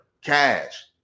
cash